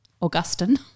Augustine